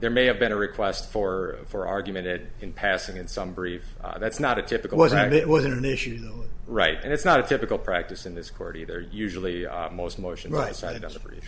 there may have been a request for for argument ed in passing and some brief that's not a typical was that it was an issue right and it's not a typical practice in this court either usually most motion right sided as a brief